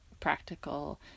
practical